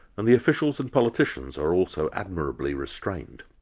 and the officials and politicians are also admirably restrained.